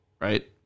right